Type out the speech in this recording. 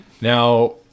Now